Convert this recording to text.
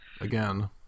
again